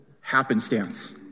happenstance